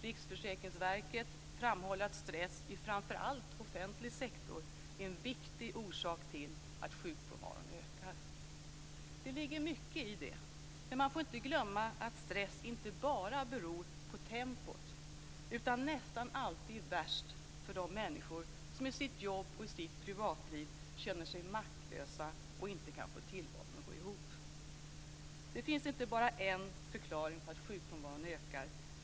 Riksförsäkringsverket framhåller att stress i framför allt offentlig sektor är en viktig orsak till att sjukfrånvaron ökar. Det ligger mycket i det. Men man får inte glömma att stress inte bara beror på tempot utan nästan alltid är värst för de människor som i sitt jobb och sitt privatliv känner sig maktlösa och inte kan få tillvaron att gå ihop. Det finns inte bara en förklaring på att sjukfrånvaron ökar.